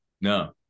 no